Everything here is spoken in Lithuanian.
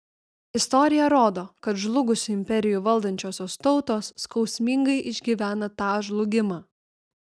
istorija rodo kad žlugusių imperijų valdančiosios tautos skausmingai išgyvena tą žlugimą